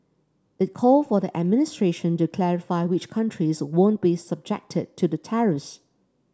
it called for the administration to clarify which countries won't be subject to the tariffs